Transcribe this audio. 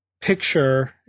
picture